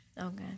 Okay